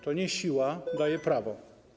To nie siła daje prawo.